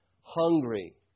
Hungry